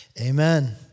amen